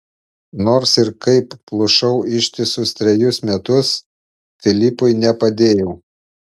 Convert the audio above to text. nors ir kaip plušau ištisus trejus metus filipui nepadėjau